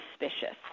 suspicious